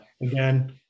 again